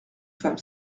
femme